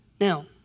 now